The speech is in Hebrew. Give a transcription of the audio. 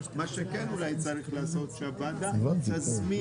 מה שכן אולי צריך לעשות שהוועדה תזמין.